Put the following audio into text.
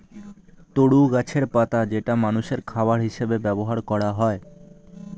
তরু গাছের পাতা যেটা মানুষের খাবার হিসেবে ব্যবহার করা হয়